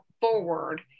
forward